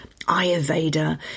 ayurveda